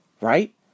right